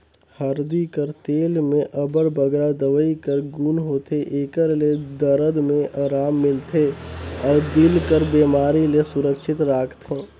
हरदी कर तेल में अब्बड़ बगरा दवई कर गुन होथे, एकर ले दरद में अराम मिलथे अउ दिल कर बेमारी ले सुरक्छित राखथे